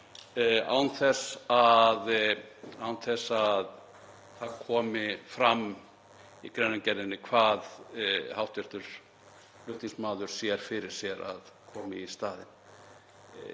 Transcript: án þess að það komi fram í greinargerðinni hvað hv. flutningsmaður sér fyrir sér að komi í staðinn.